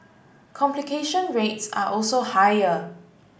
complication rates are also higher